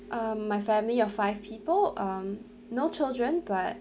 um my family of five people um no children but